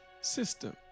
system